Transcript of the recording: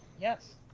yes